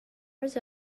was